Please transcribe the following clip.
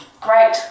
great